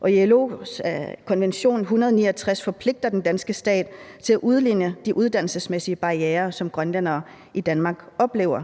Og ILO's konvention 169 forpligter den danske stat til at udligne de uddannelsesmæssige barrierer, som grønlændere i Danmark oplever.